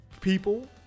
people